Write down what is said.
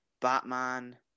Batman